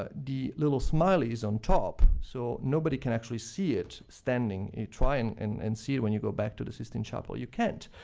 ah the little smiley's on top, so nobody can actually see it standing. try and and and see it when you go back to the sistine chapel, you can't.